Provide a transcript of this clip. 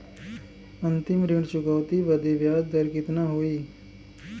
अंतिम ऋण चुकौती बदे ब्याज दर कितना होई?